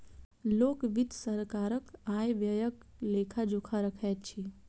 लोक वित्त सरकारक आय व्ययक लेखा जोखा रखैत अछि